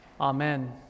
amen